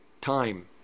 time